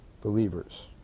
Believers